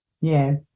Yes